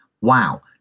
Wow